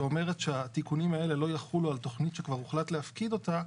שאומרת שהתיקונים האלה לא יחולו על תכנית שכבר הוחלט להפקיד אותה,